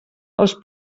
els